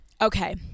Okay